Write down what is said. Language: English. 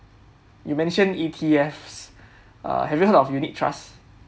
you mention E_T_Fs uh have you heard of unit trusts